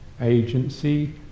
agency